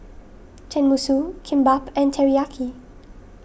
Tenmusu Kimbap and Teriyaki